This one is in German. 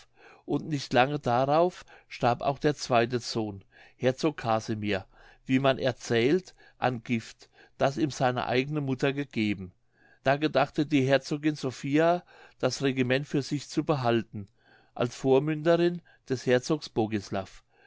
und nicht lange darauf starb auch der zweite sohn herzog casimir wie man erzählt an gift das ihm seine eigne mutter gegeben da gedachte die herzogin sophia das regiment für sich zu behalten als vormünderin des herzogs